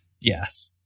Yes